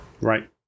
Right